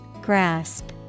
Grasp